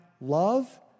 Love